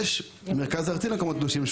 יש את המרכז הארצי למקומות קדושים,